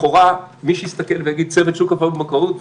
לכאורה צוות שוק אפור ובנקאות,